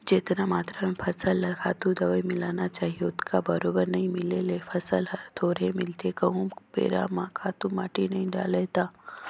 जेतना मातरा में फसल ल खातू, दवई मिलना चाही ओतका बरोबर नइ मिले ले फसल ल थोरहें मिलथे कहूं बेरा म खातू माटी नइ डलय ता